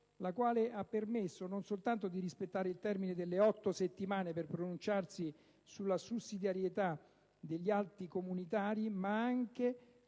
la quale ha permesso non soltanto di rispettare il termine delle otto settimane per pronunciarsi sulla sussidiarietà degli atti comunitari, ma ha